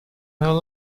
her